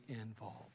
involved